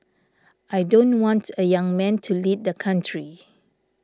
I don't want a young man to lead the country